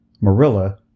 Marilla